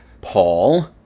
Paul